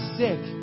sick